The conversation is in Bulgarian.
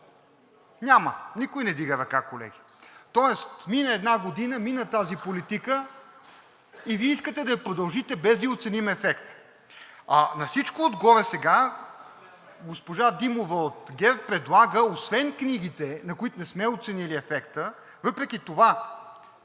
Няма. Никой не вдига ръка, колеги. Тоест мина една година, мина тази политика и Вие искате да я продължите, без да ѝ оценим ефекта. На всичко отгоре – госпожа Димова от ГЕРБ, сега предлага освен книгите, на които не сме оценили ефекта, въпреки това